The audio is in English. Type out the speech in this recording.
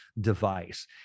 device